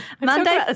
Monday